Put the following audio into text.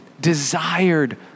desired